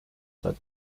saab